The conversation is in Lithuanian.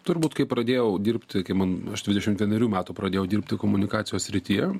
turbūt kai pradėjau dirbt kai man aš dvidešim vienerių metų pradėjau dirbti komunikacijos srityje